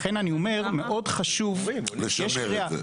לכן אני אומר, חשוב מאוד --- לשמר את זה.